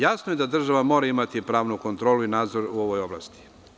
Jasno je da država mora imati pravnu kontrolu i nadzor u ovoj oblasti.